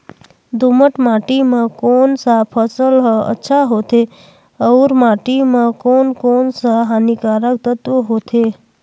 दोमट माटी मां कोन सा फसल ह अच्छा होथे अउर माटी म कोन कोन स हानिकारक तत्व होथे?